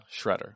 Shredder